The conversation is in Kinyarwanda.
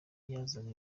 yazaga